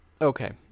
Okay